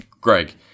Greg